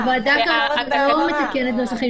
הוועדה כרגע לא מתקנת נוסחים,